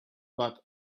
but